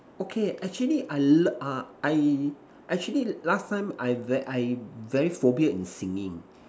okay actually I l~ uh I actually last time I very I very phobia in singing